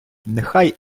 нехай